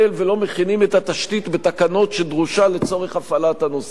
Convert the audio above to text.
ולא מכינים את התשתית בתקנות שדרושה לצורך הפעלת הנושא הזה.